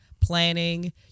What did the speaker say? planning